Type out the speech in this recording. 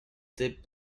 dip